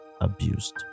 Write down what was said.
abused